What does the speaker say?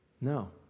No